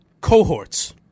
cohorts